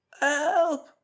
help